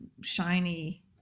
shiny